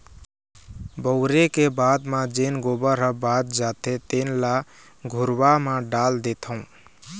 बउरे के बाद म जेन गोबर ह बाच जाथे तेन ल घुरूवा म डाल देथँव